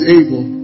able